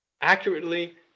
accurately